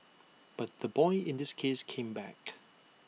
but the boy in this case came back